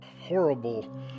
horrible